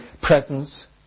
presence